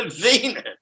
Venus